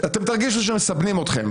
תרגישו שמסבנים אתכם,